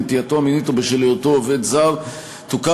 נטייתו המינית או בשל היותו עובד זר תוכר